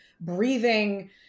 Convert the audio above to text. breathing